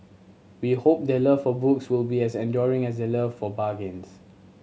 we hope their love for books will be as enduring as their love for bargains